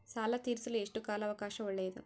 ಸಾಲ ತೇರಿಸಲು ಎಷ್ಟು ಕಾಲ ಅವಕಾಶ ಒಳ್ಳೆಯದು?